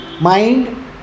mind